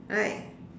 right